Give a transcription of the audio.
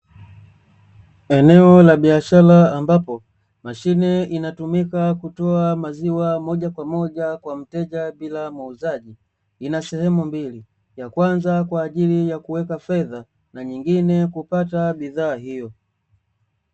Eneo la biashara ambapo, mashine inatumika kutoa maziwa moja kwa moja kwa mteja bila muuzaji; ina sehemu mbili, ya kwanza kwa ajili ya kuweka fedha na nyengine kupata bidhaa hiyo.